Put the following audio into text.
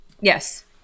Yes